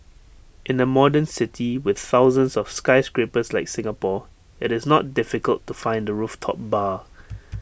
in A modern city with thousands of skyscrapers like Singapore IT is not difficult to find A rooftop bar